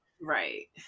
Right